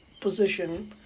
position